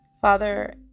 Father